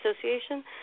Association